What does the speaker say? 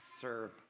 serve